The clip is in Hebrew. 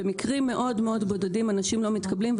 במקרים מאוד מאוד בודדים אנשים לא מתקבלים ליישוב.